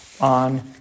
on